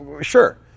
sure